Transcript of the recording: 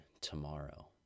tomorrow